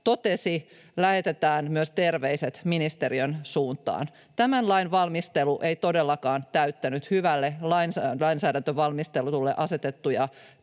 totesi, lähetetään myös terveiset ministeriön suuntaan. Tämän lain valmistelu ei todellakaan täyttänyt hyvälle lainsäädäntövalmistelulle asetettuja